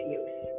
use